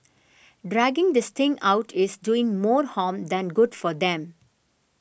dragging this thing out is doing more harm than good for them